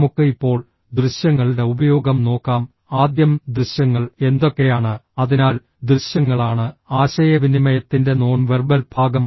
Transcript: നമുക്ക് ഇപ്പോൾ ദൃശ്യങ്ങളുടെ ഉപയോഗം നോക്കാം ആദ്യം ദൃശ്യങ്ങൾ എന്തൊക്കെയാണ് അതിനാൽ ദൃശ്യങ്ങളാണ് ആശയവിനിമയത്തിന്റെ നോൺ വെർബൽ ഭാഗം